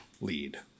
lead